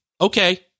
Okay